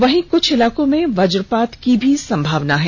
वहीं कुछ इलाकों में वजपात की भी संभावना है